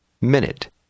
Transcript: minute